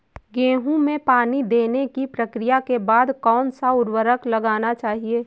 गेहूँ में पानी देने की प्रक्रिया के बाद कौन सा उर्वरक लगाना चाहिए?